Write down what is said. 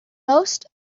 most